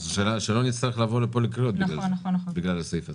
שלא נצטרך לבוא לפה לשלוש קריאות בגלל הסעיף הזה.